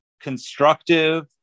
constructive